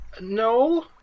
No